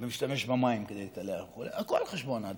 ומשתמש במים כדי להתקלח וכו' הכול על חשבון הציבור.